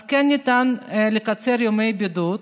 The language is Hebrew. אז כן ניתן לקצר ימי בידוד.